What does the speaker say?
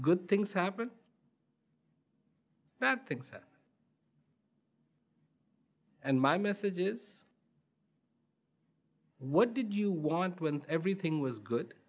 good things happen bad things and my message is what did you want when everything was good